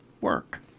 work